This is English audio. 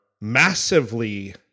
massively